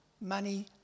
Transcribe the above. money